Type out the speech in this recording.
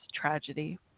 tragedy